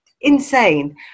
insane